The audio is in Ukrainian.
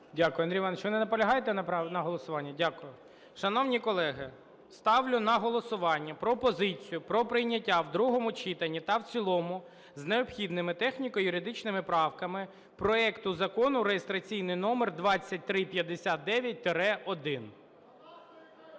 Дякую. Андрій Іванович, ви не наполягаєте на голосуванні? Дякую. Шановні колеги, ставлю на голосування пропозицію про прийняття в другому читанні та в цілому з необхідними техніко-юридичними правками проекту Закону реєстраційний номер 2359-1.